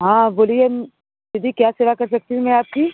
हाँ बोलिए दीदी क्या सेवा कर सकती हूँ मैं आपकी